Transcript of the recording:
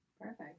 perfect